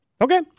Okay